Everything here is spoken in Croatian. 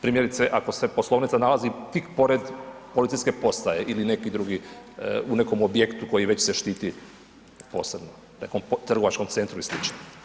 Primjerice ako se poslovnica nalazi tik pored policijske postaje ili neki drugi u nekom objektu koji već se štiti posebno, nekom trgovačkom centru i slično.